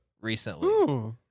recently